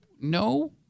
no